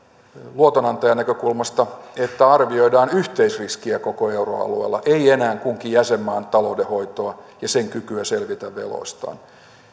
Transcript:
luotonantajan näkökulmasta sitä että arvioidaan yhteisriskiä koko euroalueella ei enää kunkin jäsenmaan taloudenhoitoa ja sen kykyä selvitä veloistaan